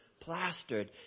plastered